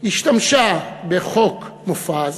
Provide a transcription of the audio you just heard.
השתמשה בחוק מופז